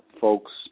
folks